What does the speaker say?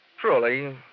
truly